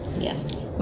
Yes